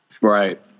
Right